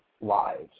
lives